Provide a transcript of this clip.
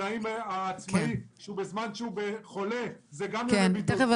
לעצמאי חולה ולעוד דברים רבים.